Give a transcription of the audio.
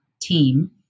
team